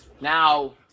Now